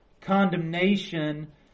condemnation